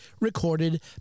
recorded